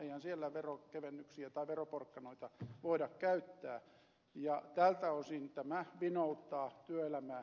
eihän siellä veronkevennyksiä tai veroporkkanoita voida käyttää ja tältä osin tämä vinouttaa työelämää